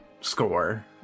score